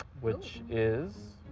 which is?